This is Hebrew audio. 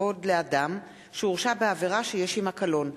לתיקון פקודת העיריות (מינוי דובר לעירייה),